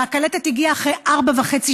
והקלטת הגיע אחרי ארבע שנים וחצי.